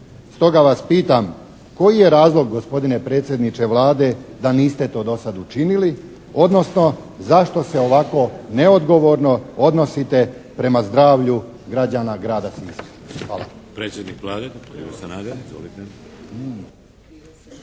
Stoga vas pitam, koji je razlog, gospodine predsjedniče Vlade, da niste to do sad učinili? Odnosno, zašto se ovako neodgovorno odnosite prema zdravlju građana Grada Siska. Hvala.